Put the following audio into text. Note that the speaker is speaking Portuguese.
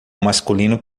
masculino